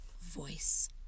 voice